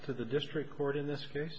to the district court in this case